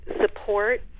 support